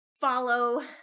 follow